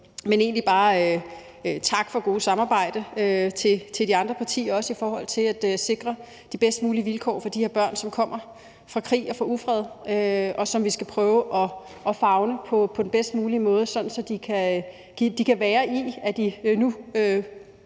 vil egentlig bare takke de andre partier for et godt samarbejde om at sikre de bedst mulige vilkår for de her børn, som kommer fra krig og ufred, og som vi skal prøve at favne på den bedst mulige måde, så de midlertidigt – og